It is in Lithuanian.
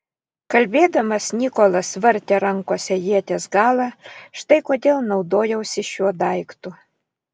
kalbėdamas nikolas vartė rankose ieties galą štai kodėl naudojausi šiuo daiktu